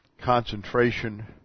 concentration